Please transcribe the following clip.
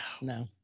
No